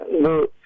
no